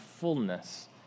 fullness